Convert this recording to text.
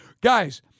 Guys